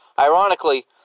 Ironically